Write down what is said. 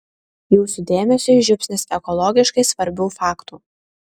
jūsų dėmesiui žiupsnis ekologiškai svarbių faktų